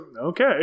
okay